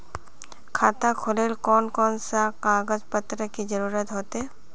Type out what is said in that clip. खाता खोलेले कौन कौन सा कागज पत्र की जरूरत होते?